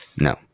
No